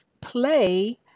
play